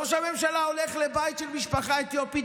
ראש הממשלה הולך לבית של משפחה אתיופית,